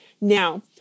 Now